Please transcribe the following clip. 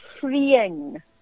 freeing